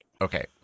Okay